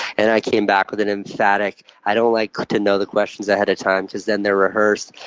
and i came back with an emphatic, i don't like to know the questions ahead of time because then they're rehearsed.